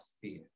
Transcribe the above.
fear